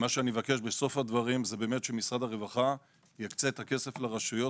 בסוף הדברים אני אבקש שמשרד הרווחה יקצה את הכסף לרשויות